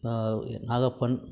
Nagappan